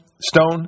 stone